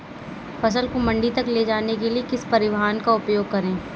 फसल को मंडी तक ले जाने के लिए किस परिवहन का उपयोग करें?